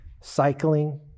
cycling